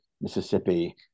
Mississippi